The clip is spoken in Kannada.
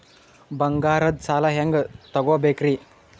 ಬಂಗಾರದ್ ಸಾಲ ಹೆಂಗ್ ತಗೊಬೇಕ್ರಿ?